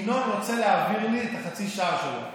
ינון רוצה להעביר לי את חצי השעה שלו.